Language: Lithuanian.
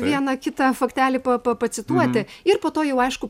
vieną kitą faktelį pa pa pacituoti ir po to jau aišku